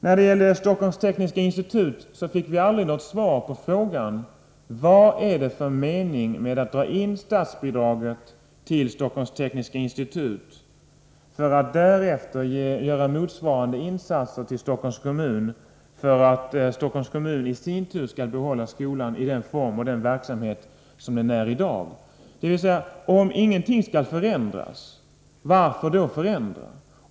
När det gäller Stockholms Tekniska institut fick vi aldrig svar på frågan: Vad är det för mening att dra in statsbidraget till Stockholms Tekniska institut, för att därefter göra motsvarande insatser för Stockholms kommun, som i sin tur skall behålla skolan i den form och med den verksamhet som den har i dag? Om ingenting egentligen skall förändras, varför då förändra?